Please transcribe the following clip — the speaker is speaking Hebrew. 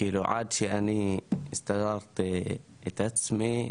כאילו עד שאני הסתדרתי את עצמי,